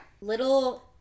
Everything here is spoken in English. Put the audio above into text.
Little